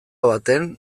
baten